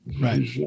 Right